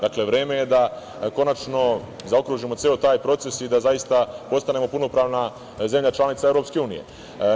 Dakle, vreme je da konačno zaokružimo ceo taj proces i da zaista postanemo punopravna zemlja članica Evropske unije.